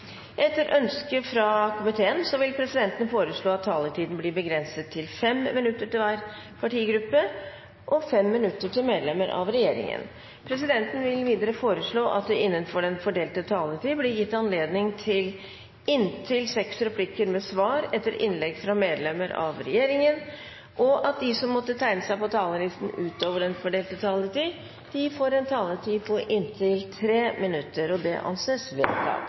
Etter ønske fra næringskomiteen vil presidenten foreslå at taletiden blir begrenset til 10 minutter til hver partigruppe og 10 minutter til medlemmer av regjeringen. Videre vil presidenten foreslå at det – innenfor den fordelte taletid – blir gitt anledning til inntil seks replikker med svar etter innlegg fra medlemmer av regjeringen, og at de som måtte tegne seg på talerlisten utover den fordelte taletid, får en taletid på inntil 3 minutter. – Det anses vedtatt.